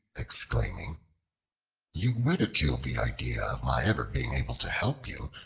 exclaiming you ridiculed the idea of my ever being able to help you,